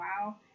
Wow